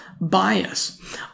bias